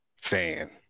fan